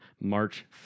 March